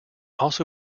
also